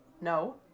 No